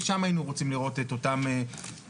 ושם היינו רוצים לראות את אותם ילדים.